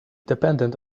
dependent